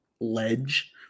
ledge